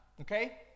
Okay